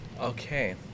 Okay